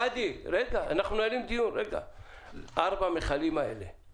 האם ארבעת המכלים האלה הם